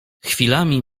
chwilami